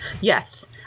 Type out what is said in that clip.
Yes